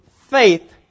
faith